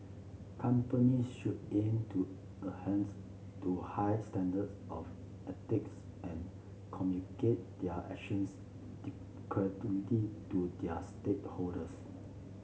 companies should aim to a hands to high standards of ethics and communicate their actions to their stakeholders